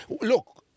Look